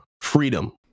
freedom